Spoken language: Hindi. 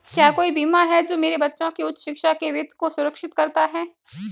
क्या कोई बीमा है जो मेरे बच्चों की उच्च शिक्षा के वित्त को सुरक्षित करता है?